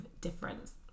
difference